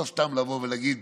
לא סתם לבוא ולהגיד: